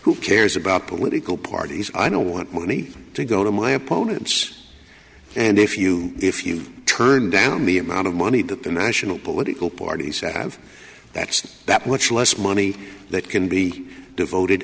who cares about political parties i don't want money to go to my opponents and if you if you turn down the amount of money that the national political parties have that's that what's less money that can be devoted